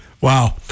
Wow